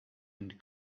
and